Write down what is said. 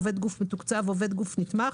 עובד גוף מתוקצב או עובד גוף נתמך,